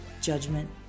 Judgment